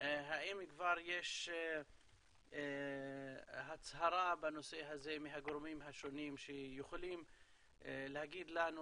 האם כבר יש הצהרה בנושא הזה מהגורמים השונים שיכולים להגיד לנו